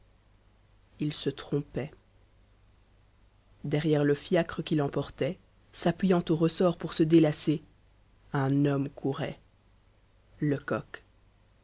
il se trompait derrière le fiacre qui l'emportait s'appuyant aux ressorts pour se délasser un homme courait lecoq